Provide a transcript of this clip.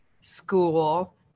school